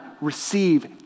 Receive